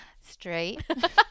Straight